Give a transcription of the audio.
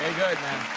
good man.